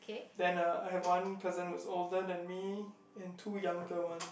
then ah I have one cousin who's older than me and two younger one